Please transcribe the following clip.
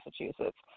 Massachusetts